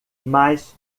mas